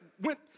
went